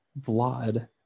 Vlad